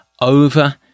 over